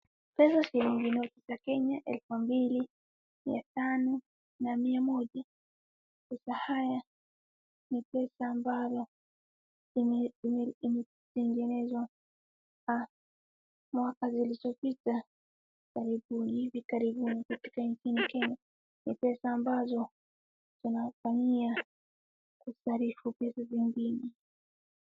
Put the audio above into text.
Pesa zenye noti za Kenya elfu mbili, mia tano na mia moja. Pesa hizi ni pesa ambazo zimetengenezwa miaka zilizopita karibuni, hivi karibuni katika nchini Kenya. Ni pesa ambazo zinafanyia ustarifu pesa zingine.